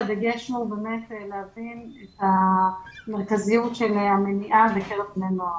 הדגש הוא להבין את המרכזיות של המניעה בקרב בני הנוער.